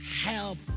help